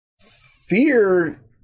fear